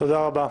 כן, תודה רבה.